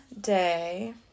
day